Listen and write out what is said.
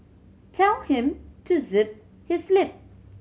tell him to zip his lip